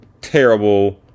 terrible